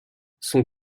son